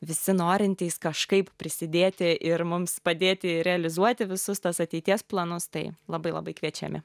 visi norintys kažkaip prisidėti ir mums padėti realizuoti visus tuos ateities planus tai labai labai kviečiami